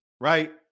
right